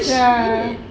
world shit